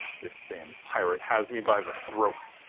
this damned pirate has me by the throat.